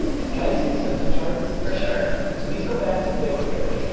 and can i see the symptom charts? for sure. so these go back to february.